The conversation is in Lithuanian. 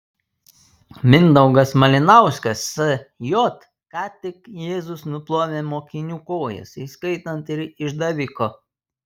mindaugas malinauskas sj ką tik jėzus nuplovė mokinių kojas įskaitant ir išdaviko